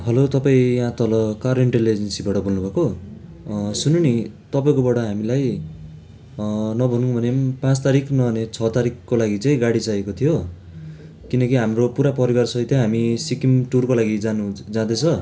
hello तपाईँ यहाँ तल कार रेन्टल एजेन्सीबाट बोल्नुभएको सुन्नु नि तपाईँकोबाट हामीलाई नभनौँ भने पनि पाँच तारिक नभने छ तारिकको लागि चाहिँ गाडी चाहिएको थियो किनकि हाम्रो पुरा परिवार सहितै हामी सिक्किम टुरको लागि जानु जाँदैछ